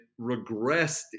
regressed